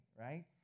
right